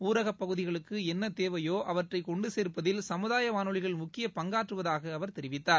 ஊரக பகுதிகளுக்கு என்ன தேவையோ அவற்றை கொண்டுசேர்ப்பதில் சமுதாய வானொலிகள் முக்கிய பங்காற்றுவதாக அவர் தெரிவித்தார்